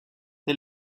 des